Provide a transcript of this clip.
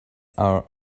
are